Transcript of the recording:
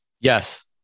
Yes